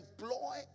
employ